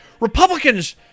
Republicans